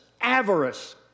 avarice